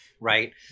Right